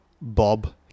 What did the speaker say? Bob